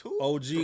OG